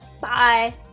Bye